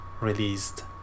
released